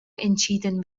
entschieden